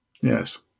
Yes